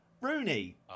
Rooney